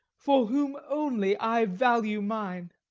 for whom only i value mine.